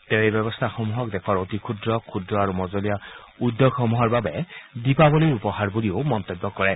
তেওঁ এই ব্যৱস্থাসমূহক দেশৰ অতি ক্ষুদ্ৰ ক্ষুদ্ৰ আৰু মজলীয়া উদ্যোগসমূহৰ বাবে দীপাবলীৰ উপহাৰ বুলি মন্তব্য কৰিছে